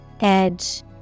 Edge